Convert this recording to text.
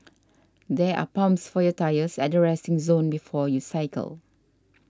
there are pumps for your tyres at the resting zone before you cycle